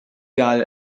gael